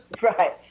right